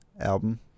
Album